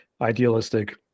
idealistic